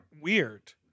weird